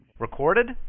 Recorded